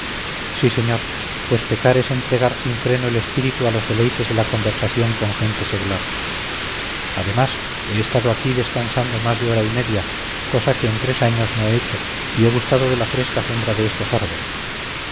sí señor pues pecar es entregar sin freno el espíritu a los deleites de la conversación con gente seglar además he estado aquí descansando más de hora y media cosa que en tres años no he hecho y he gustado de la fresca sombra de estos árboles